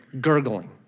gurgling